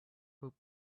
rope